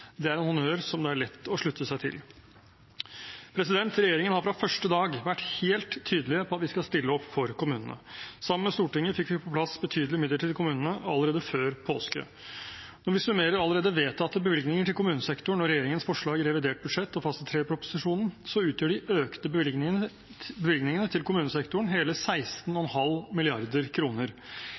Det er en honnør som det er lett å slutte seg til. Regjeringen har fra første dag vært helt tydelig på at vi skal stille opp for kommunene. Sammen med Stortinget fikk vi på plass betydelige midler til kommunene allerede før påske. Når vi summerer allerede vedtatte bevilgninger til kommunesektoren og regjeringens forslag i revidert budsjett og fase 3-proposisjonen, utgjør de økte bevilgningene til kommunesektoren hele 16,5